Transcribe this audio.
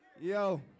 Yo